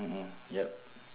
mm yup